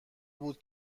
بود